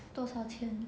多少钱